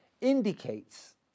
indicates